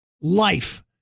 life